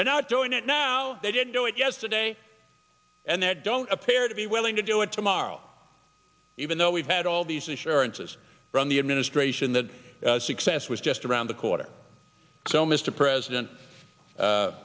they're not doing it now they didn't do it yesterday and they don't appear to be willing to do it tomorrow even though we've had all these assurances from the administration that success was just around the corner so mr president